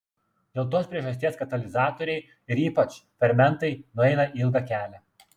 dėl tos priežasties katalizatoriai ir ypač fermentai nueina ilgą kelią